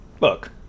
look